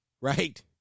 right